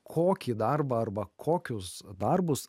kokį darbą arba kokius darbus